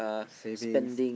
savings